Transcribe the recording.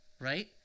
Right